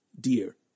Dear